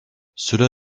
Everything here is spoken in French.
cela